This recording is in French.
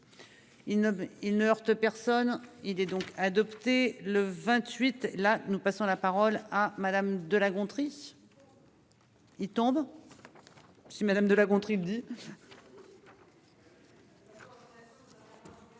il ne heurte personne. Il est donc adopté le 28 là nous passons la parole à Madame de La Gontrie. Il tombe. Si madame de La Gontrie dit.